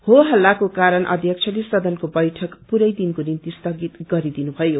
हो हल्लाको कारण अध्यक्षले सदनको बैठक पूरा दिनको निम्ति स्थगित गरिदिनुथयो